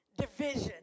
division